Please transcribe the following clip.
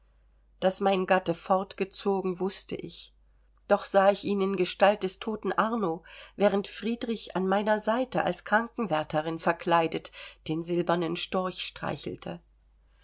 daß mein gatte fortgezogen wußte ich doch sah ich ihn in gestalt des toten arno während friedrich an meiner seite als krankenwärterin verkleidet den silbernen storch streichelte